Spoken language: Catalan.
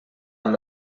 amb